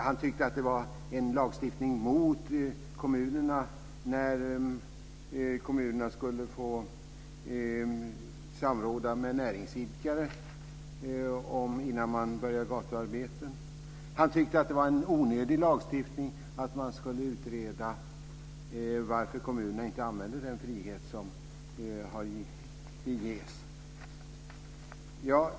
Han tyckte att det var en lagstiftning mot kommunerna när kommunerna skulle få samråda med näringsidkare innan de påbörjade gatuarbeten. Han tyckte att det var en onödig lagstiftning att man skulle utreda varför kommunerna inte använder den frihet som ges.